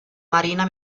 marina